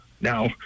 now